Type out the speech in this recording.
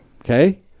okay